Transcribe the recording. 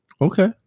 Okay